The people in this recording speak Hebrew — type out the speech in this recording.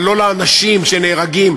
אבל לא לאנשים שנהרגים.